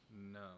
No